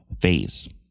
phase